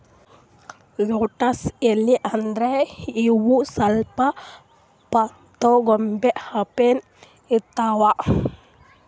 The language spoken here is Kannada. ಲೆಟ್ಟಸ್ ಎಲಿ ಅಂದ್ರ ಇವ್ ಸ್ವಲ್ಪ್ ಪತ್ತಾಗೋಬಿ ಅಪ್ಲೆನೇ ಇರ್ತವ್